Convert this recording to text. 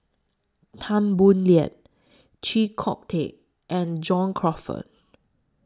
Tan Boo Liat Chee Kong Tet and John Crawfurd